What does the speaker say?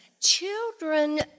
Children